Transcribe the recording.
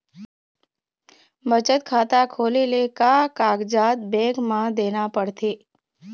बचत खाता खोले ले का कागजात बैंक म देना पड़थे?